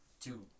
Two